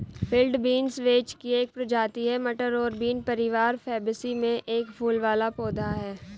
field beans vetch की एक प्रजाति है, मटर और बीन परिवार फैबेसी में एक फूल वाला पौधा है